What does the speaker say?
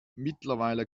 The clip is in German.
mittlerweile